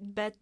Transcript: bet